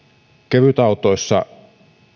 kevytautoissa